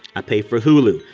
i pay for hulu.